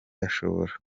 ashobora